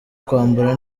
kwambara